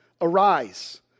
Arise